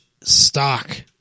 stock